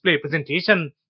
presentation